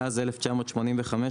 מאז 1985,